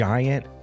Giant